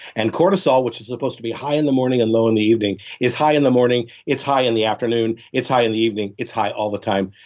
and cortisol which is supposed to be high in the morning and low in the evening is high in the morning. it's high in the afternoon. it's high in the evening. it's high all the time.